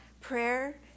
prayer